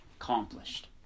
accomplished